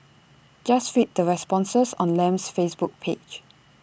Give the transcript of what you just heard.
just read the responses on Lam's Facebook page